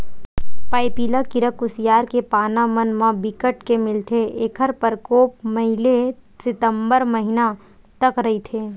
पाइपिला कीरा कुसियार के पाना मन म बिकट के मिलथे ऐखर परकोप मई ले सितंबर महिना तक रहिथे